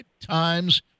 times